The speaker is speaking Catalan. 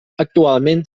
actualment